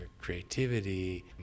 creativity